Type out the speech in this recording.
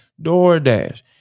doordash